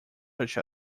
such